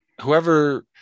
whoever